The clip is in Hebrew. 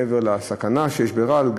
מעבר לסכנה שיש ברעל,